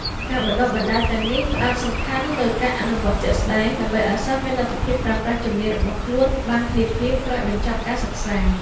ការបណ្តុះបណ្តាលទាំងនេះផ្តោតសំខាន់លើការអនុវត្តជាក់ស្តែង ដើម្បីឱ្យសិស្សមានលទ្ធភាពប្រើប្រាស់ជំនាញរបស់ខ្លួនបានភ្លាមៗក្រោយបញ្ចប់ការសិក្សា។